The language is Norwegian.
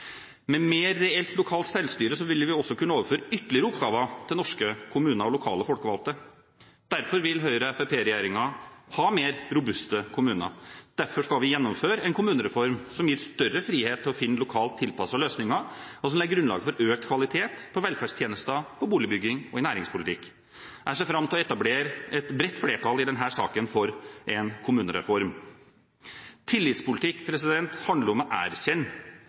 Med mer reelt lokalt selvstyre vil vi også kunne overføre ytterligere oppgaver til norske kommuner og lokale folkevalgte. Derfor vil Høyre–Fremskrittspartiet-regjeringen ha mer robuste kommuner. Derfor skal vi gjennomføre en kommunereform som gir større frihet til å finne lokalt tilpassede løsninger, og som legger grunnlaget for økt kvalitet på velferdstjenester, boligbygging og i næringspolitikk. Jeg ser fram til å etablere et bredt flertall i denne salen for en kommunereform. Tillitspolitikk handler om å erkjenne